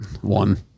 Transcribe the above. One